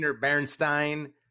Bernstein